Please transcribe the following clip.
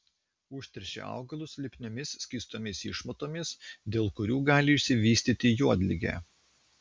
užteršia augalus lipniomis skystomis išmatomis dėl kurių gali išsivystyti juodligė